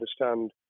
understand